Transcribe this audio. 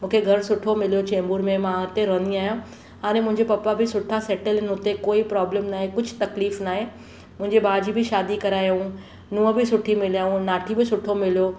मूंखे घर सुठो मिलियो चैंबुर में मां हिते रहंदी आहियां हाणे मुंहिंजा पप्पा बि सुठा सैटल आहिनि हुते कोई प्रॉब्लम न आहे कुझु तकलीफ़ु नाहे मुंहिंजे भाउ जी बि शादी करायाऊं नुंहं बि सुठी मिलियाऊं ऐं नाठी बि सुठो मिलो